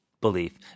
belief